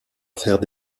faire